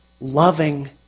loving